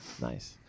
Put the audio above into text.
Nice